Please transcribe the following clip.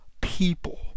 people